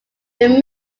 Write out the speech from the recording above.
they